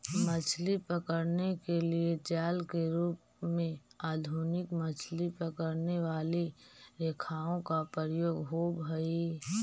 मछली पकड़ने के लिए जाल के रूप में आधुनिक मछली पकड़ने वाली रेखाओं का प्रयोग होवअ हई